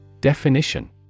Definition